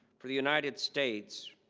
for the united states